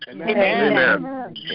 Amen